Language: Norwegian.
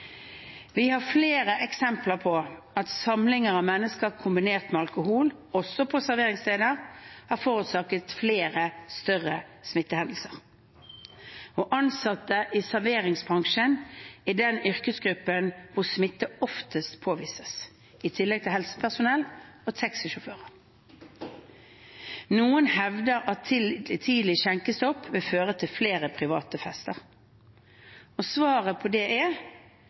Vi har flere eksempler på at samlinger av mennesker kombinert med alkohol, også på serveringssteder, har forårsaket flere større smittehendelser. Og ansatte i serveringsbransjen er den yrkesgruppen der smitte oftest påvises, i tillegg til helsepersonell og taxisjåfører. Noen hevder at tidlig skjenkestopp vil føre til flere private fester. Svaret på det er: